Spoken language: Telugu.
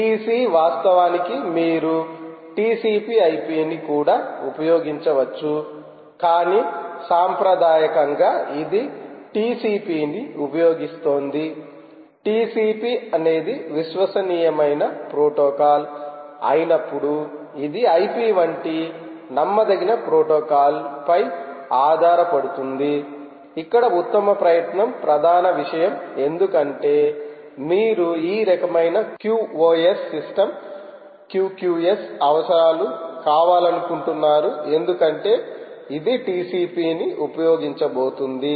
TC వాస్తవానికి మీరు TCP IP ని కూడా ఉపయోగించవచ్చు కానీ సాంప్రదాయకంగా ఇది TCP ని ఉపయోగిస్తోంది TCP అనేది విశ్వసనీయమైన ప్రోటోకాల్ అయినప్పుడు ఇది IP వంటి నమ్మదగని ప్రోటోకాల్పై ఆధారపడుతుంది ఇక్కడ ఉత్తమ ప్రయత్నం ప్రధాన విషయం ఎందుకంటే మీరు ఈ రకమైనవి QoS సిస్టమ్ QqS అవసరాలు కావాలనుకుంటున్నారు ఎందుకంటే ఇది TCP ని ఉపయోగించబోతోంది